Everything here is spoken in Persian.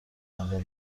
انجام